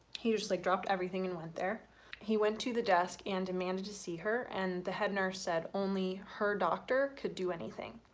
he just like dropped everything and went there he went to the desk and demanded to see her. and the head nurse said only her doctor could do anything